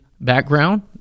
background